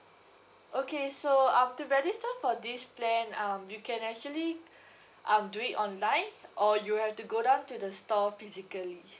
okay so um to register for this plan um you can actually um do it online or you have to go down to the store physically